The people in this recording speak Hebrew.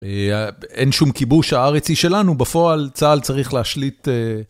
אין שום כיבוש, הארץ היא שלנו, בפועל צה"ל צריך להשליט...